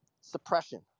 suppression